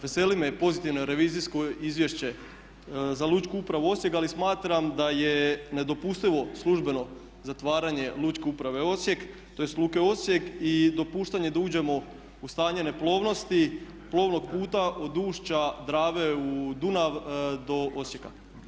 Veseli me pozitivno revizijsko izvješće za Lučku upravu Osijek ali smatram da je nedopustivo službeno zatvaranje Lučke uprave Osijek tj. Luke Osijek i dopuštanje da uđemo u stanje neplovnosti plovnog puta od ušća Drave u Dunav do Osijeka.